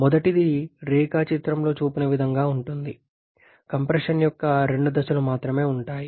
మొదటిది రేఖాచిత్రంలో చూపిన విధంగా ఉంటుంది కంప్రెషన్ యొక్క రెండు దశలు మాత్రమే ఉంటాయి